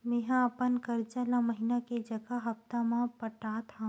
मेंहा अपन कर्जा ला महीना के जगह हप्ता मा पटात हव